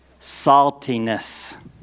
Saltiness